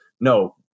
no